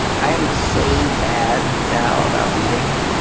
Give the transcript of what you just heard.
i am so bad now about reading,